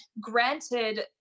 Granted